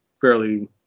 fairly